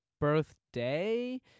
birthday